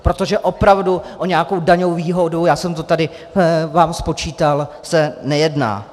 Protože opravdu o nějakou daňovou výhodu, já jsem vám to tady spočítal, se nejedná.